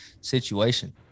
situation